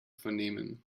vernehmen